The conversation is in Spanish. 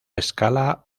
escala